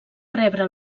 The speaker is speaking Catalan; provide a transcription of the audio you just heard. rebre